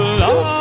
love